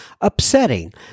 upsetting